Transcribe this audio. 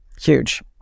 Huge